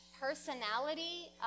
personality